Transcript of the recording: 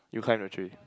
you climb a tree